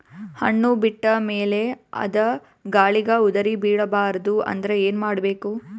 ಹಣ್ಣು ಬಿಟ್ಟ ಮೇಲೆ ಅದ ಗಾಳಿಗ ಉದರಿಬೀಳಬಾರದು ಅಂದ್ರ ಏನ ಮಾಡಬೇಕು?